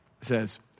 says